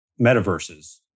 metaverses